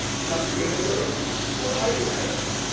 not real ghosts? what are you then?